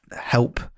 help